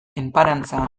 enparantza